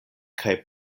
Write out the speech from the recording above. kaj